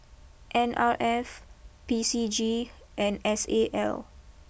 N R F P C G and S A L